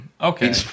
Okay